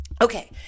Okay